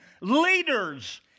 leaders